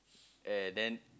and then